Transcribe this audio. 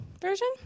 version